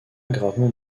gravement